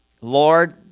Lord